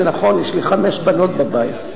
זה נכון, יש לי חמש בנות בבית.